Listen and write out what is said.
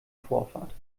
vorfahrt